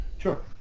Sure